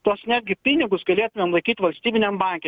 tuos netgi pinigus galėtumėm laikyt valstybiniam banke